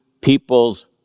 people's